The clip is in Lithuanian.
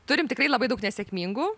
turim tikrai labai daug nesėkmingų